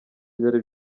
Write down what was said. byari